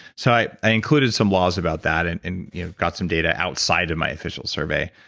so i included some laws about that and and you know got some data outside of my official survey.